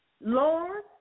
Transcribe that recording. Lord